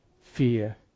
fear